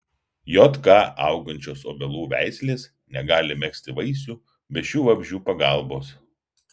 jk augančios obelų veislės negali megzti vaisių be šių vabzdžių pagalbos